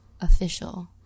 official